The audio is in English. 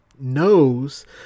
knows